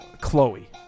Chloe